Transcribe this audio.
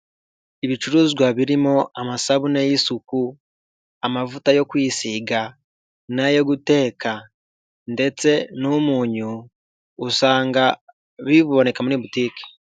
Ibicuruzwa birimo amasabune y'isuku, amavuta yo kwisiga n'ayo guteka ndetse n'umunyu. Usanga biboneka muri butike.